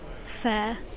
fair